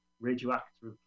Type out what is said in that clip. radioactive